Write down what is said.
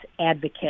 advocate